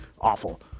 Awful